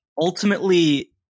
ultimately